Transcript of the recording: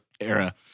Era